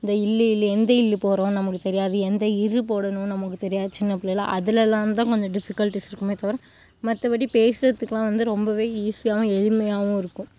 இந்த ல் ள் எந்த ல் போடுறோம் நமக்கு தெரியாது எந்த ர் போடணும்ன் நமக்கு தெரியாது சின்ன பிள்ளைல அதிலலாந்தான் கொஞ்சம் டிஃபிக்கல்டிஸ் இருக்குமே தவிர மற்றபடி பேசுகிறதுக்குலாம் வந்து ரொம்பவே ஈஸியாகவும் எளிமையாகவும் இருக்கும்